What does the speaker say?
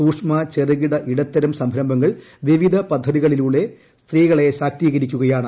സൂക്ഷ്മ ചെറുകിട ഇടത്തരം സംരംഭങ്ങൾ വിവിധ പദ്ധതികളിലൂടെ സ്ത്രീകളെ ശാക്തീകരിക്കുകയാണ്